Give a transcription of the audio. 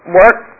work